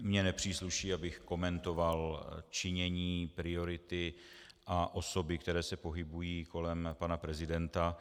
Mně nepřísluší, abych komentoval činění, priority a osoby, které se pohybují kolem pana prezidenta.